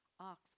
ox